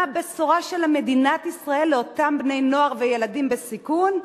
מה הבשורה של מדינת ישראל לאותם בני-נוער וילדים בסיכון?